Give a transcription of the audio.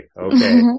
Okay